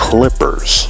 Clippers